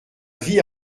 vie